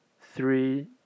three